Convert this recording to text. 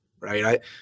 right